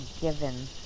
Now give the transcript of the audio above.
given